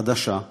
חדשה,